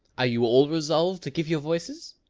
are you all resolved to give your voices?